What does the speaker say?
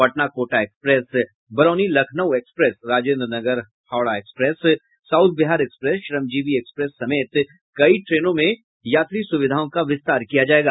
Patna Kota express Barauni Lucknow express Rajendranagar Howrah express south Bihar express Shramjeevi express समेत कई ट्रेनों में यात्री सुविधाओं का विस्तार किया जायेगा